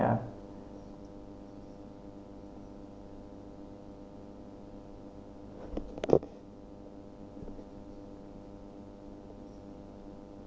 ya